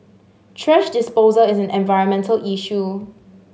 thrash disposal is an environmental issue